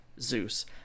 zeus